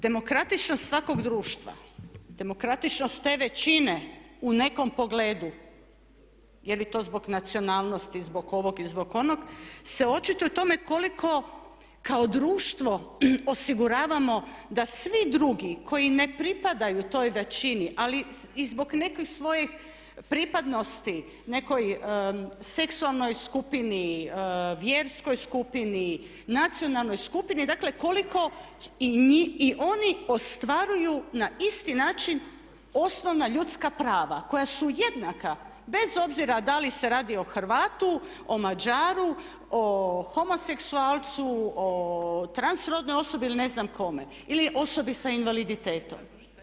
Demokratičnost svakog društva, demokratičnost te većine u nekom pogledu je li to zbog nacionalnosti, zbog ovog ili zbog onog se očituje o tome koliko kao društvo osiguravamo da svi drugi koji ne pripadaju toj većini, ali i zbog nekih svojih pripadnosti nekoj seksualnoj skupini, vjerskoj skupini, nacionalnoj skupini, dakle koliko i mi i oni ostvaruju na isti način osnovna ljudska prava koja su jednaka bez obzira da li se radi o Hrvatu, o Mađaru, o homoseksualcu, o transrodnoj osobi ili ne znam kome ili osobi sa invaliditetom.